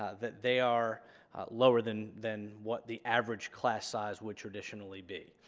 ah that they are lower than than what the average class size would traditionally be,